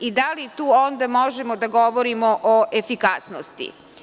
Da li tu onda možemo da govorimo o efikasnosti?